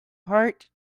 heart